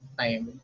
time